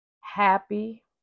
happy